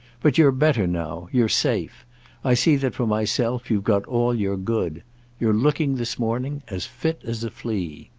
but you're better now you're safe i see that for myself you've got all your good. you're looking, this morning, as fit as a flea.